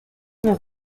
dans